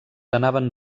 anaven